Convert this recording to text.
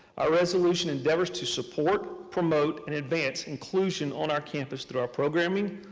our resolution endeavors to support, promote, and advance inclusion on our campus through our programming,